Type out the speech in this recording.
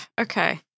Okay